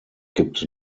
gibt